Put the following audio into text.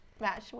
match